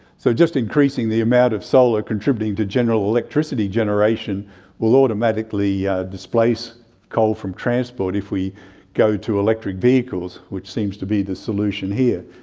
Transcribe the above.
so just increasing the amount of solar contributing to general electricity generation will automatically yeah displace coal from transport if we go to electric vehicles, which seems to be the solution here.